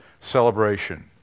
celebration